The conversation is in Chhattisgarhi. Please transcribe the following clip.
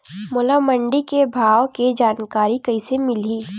मोला मंडी के भाव के जानकारी कइसे मिलही?